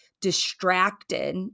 distracted